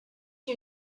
you